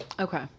Okay